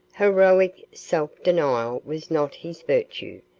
heroic self-denial was not his virtue,